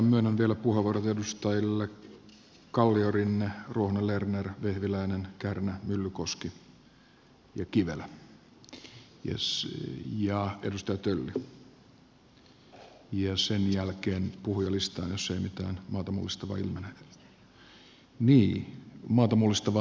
myönnän vielä puheenvuorot edustajille kalliorinne ruohonen lerner vehviläinen kärnä myllykoski kivelä ja tölli ja sen jälkeen puhujalistaan jos ei mitään maata mullistavaa ilmene